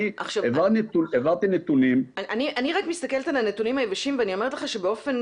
אני רק מסתכלת על הנתונים היבשים ואני אומרת לך שבאופן